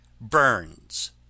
Burns